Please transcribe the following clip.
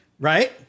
Right